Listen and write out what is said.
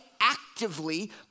actively